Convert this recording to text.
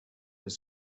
des